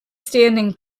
standing